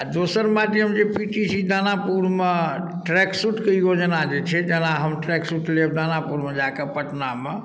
आओर दोसर माध्यम जे पी टी सी दानापुरमे ट्रैक सूटके योजना जे छै जेना हम ट्रैक सूट लेब दानापुरमे जाकऽ पटनामे